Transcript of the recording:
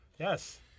Yes